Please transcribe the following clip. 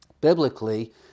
biblically